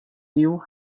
new